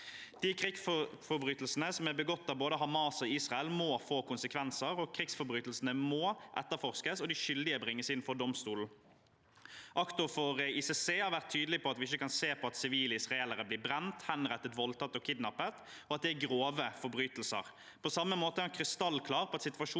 De krigsforbrytelsene som er begått av både Hamas og Israel, må få konsekvenser. Krigsforbrytelsene må etterforskes, og de skyldige må bringes inn for domstolen. Aktor for ICC har vært tydelig på at vi ikke kan se på at sivile israelere blir brent, henrettet, voldtatt og kidnappet, og at det er grove forbrytelser. På samme måte er han krystallklar på at situasjonen